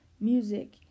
music